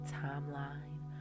timeline